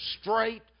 straight